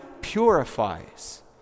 purifies